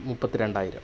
മുപ്പത്തി രണ്ടായിരം